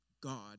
God